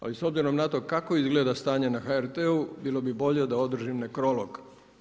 Ali, s obzirom na to kako izgleda stanje na HRT-u, bilo bi bolje da održim nekrolog.